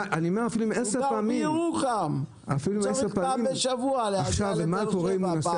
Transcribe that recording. הוא גר בירוחם ופעם בשבוע הוא צריך להגיע לבאר שבע.